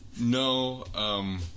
No